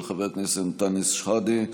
של חבר הכנסת אנטאנס שחאדה,